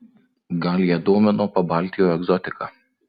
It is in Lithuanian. gal ją domino pabaltijo egzotika